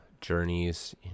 journeys